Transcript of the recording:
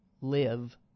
Live